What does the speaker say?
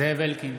זאב אלקין,